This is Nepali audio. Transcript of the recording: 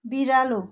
बिरालो